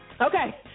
Okay